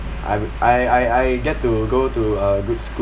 I I I I get to go to a good school